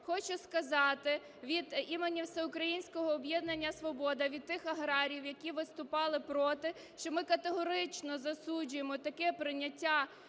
Хочу сказати від імені Всеукраїнського об'єднання "Свобода", від тих аграріїв, які виступали проти, що ми категорично засуджуємо таке прийняття